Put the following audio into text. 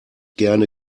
gerne